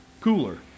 cooler